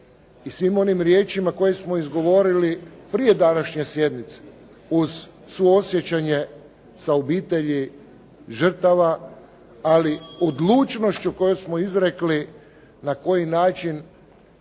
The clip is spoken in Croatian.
i svim onim riječima koje smo izgovorili prije današnje sjednice uz suosjećanje sa obitelji žrtava ali odlučnošću koju smo izrekli na koji način